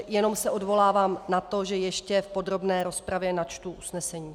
Jenom se odvolávám na to, že ještě v podrobné rozpravě načtu usnesení.